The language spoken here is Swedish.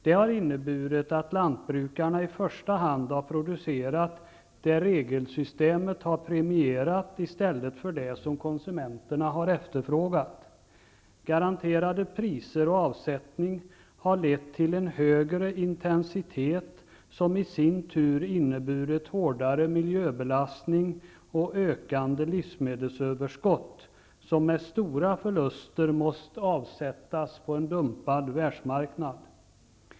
Det har inneburit att lantbrukarna i första hand har producerat det regelsystemet har premierat i stället för det som konsumenterna har efterfrågat. Garanterade priser och avsättning har lett till en högre intensitet, som i sin tur inneburit hårdare miljöbelastning och ökande livsmedelsöverskott, vilket med stora förluster måst avsättas på en dumpad världsmarknad.